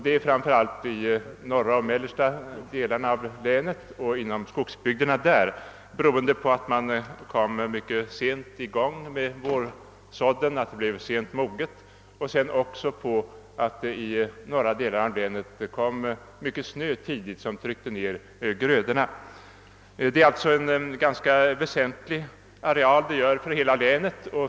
Det är framför allt inom skogsbygderna i de norra och mellersta delarna av länet där man mycket sent kom i gång med vårsådden, varför säden mognade sent. I de norra delarna av länet kom sedan mycket snö som tryckte ner grödorna. Det är en ganska väsentlig areal som det rör sig om för hela länet.